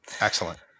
Excellent